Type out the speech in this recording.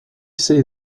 see